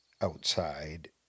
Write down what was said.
outside